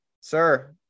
Sir